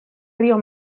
río